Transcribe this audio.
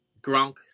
Gronk